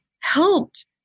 helped